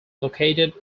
located